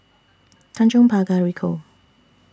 Tanjong Pagar Ricoh